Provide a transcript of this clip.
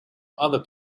other